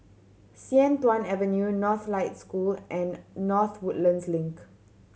Sian Tuan Avenue Northlight School and North Woodlands Link